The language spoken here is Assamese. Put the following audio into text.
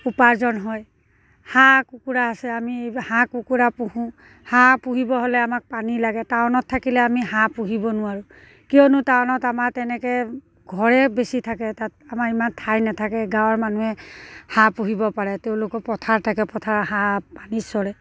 উপাৰ্জন হয় হাঁহ কুকুৰা আছে আমি হাঁহ কুকুৰা পোহোঁ হাঁহ পুহিব হ'লে আমাক পানী লাগে টাউনত থাকিলে আমি হাঁহ পুহিব নোৱাৰোঁ কিয়নো টাউনত আমাৰ তেনেকৈ ঘৰেই বেছি থাকে তাত আমাৰ ইমান ঠাই নাথাকে গাঁৱৰ মানুহে হাঁহ পুহিব পাৰে তেওঁলোকৰ পথাৰ থাকে পথাৰত হাঁহ পানীত চৰে